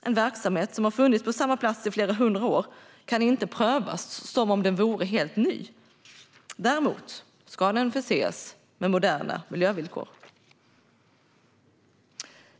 En verksamhet som har funnits på samma plats i flera hundra år kan inte prövas som om den vore helt ny. Däremot ska den förses med moderna miljövillkor.